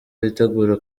bitegura